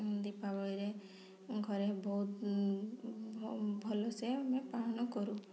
ଦୀପାବଳିରେ ଘରେ ବହୁତ ଭଲସେ ଆମେ ପାଳନ କରୁ